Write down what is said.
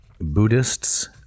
Buddhists